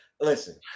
listen